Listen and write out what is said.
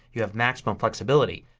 you have maximum flexibility.